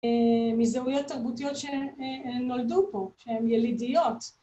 מזהויות תרבותיות שנולדו פה, שהן ילידיות.